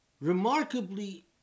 Remarkably